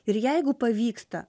ir jeigu pavyksta